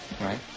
Right